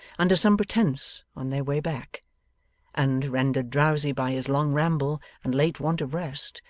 under some pretence, on their way back and, rendered drowsy by his long ramble and late want of rest,